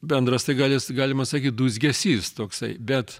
bendras tai gal is galima sakyt dūzgesys toksai bet